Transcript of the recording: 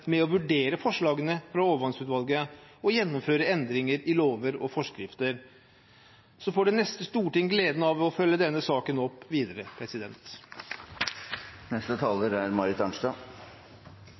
med å vurdere forslagene fra overvannsutvalget og gjennomføre endringer i lover og forskrifter. Så får det neste storting gleden av å følge denne saken opp videre.